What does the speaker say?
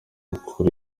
kuri